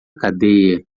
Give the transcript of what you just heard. cadeia